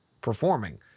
performing